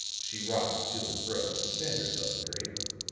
she rocked to and fro and fanned herself with her apron.